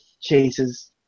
chases